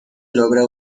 logra